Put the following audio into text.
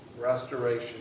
restoration